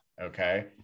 okay